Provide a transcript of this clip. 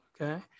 Okay